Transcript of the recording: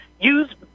Use